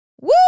Woo